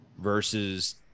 versus